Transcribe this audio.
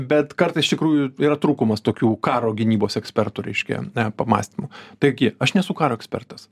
bet kartais iš tikrųjų yra trūkumas tokių karo gynybos ekspertų reiškia e pamąstymų taigi aš nesu karo ekspertas